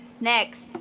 Next